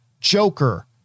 Joker